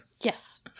Yes